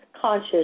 conscious